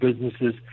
businesses